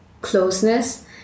closeness